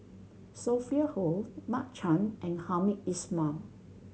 Sophia Hull Mark Chan and Hamed Ismail